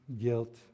guilt